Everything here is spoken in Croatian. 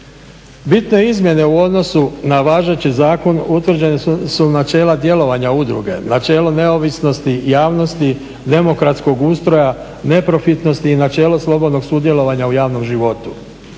Bitne izmjene u odnosu na važeći zakon utvrđena su načela djelovanja udruge. Načelo neovisnosti javnosti, demokratskog ustroja, neprofitnosti i načelo slobodnog sudjelovanja u javnom životu.